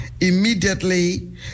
Immediately